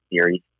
series